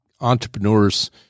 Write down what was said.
entrepreneurs